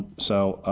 so,